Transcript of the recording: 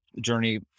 journey